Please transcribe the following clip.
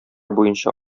буенча